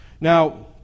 Now